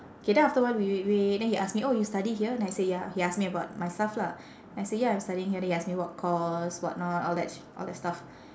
K then after a while wait wait wait then he ask me oh you study here then I say ya he ask me about myself lah then I say ya I'm studying here then he ask me what course what not all that sh~ all that stuff